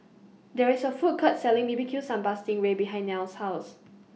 There IS A Food Court Selling B B Q Sambal Sting Ray behind Nile's House